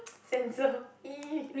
censor !ee!